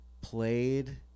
played